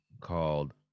called